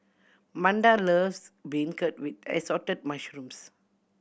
Manda loves beancurd with Assorted Mushrooms